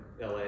LA